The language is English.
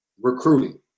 recruiting